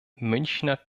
münchner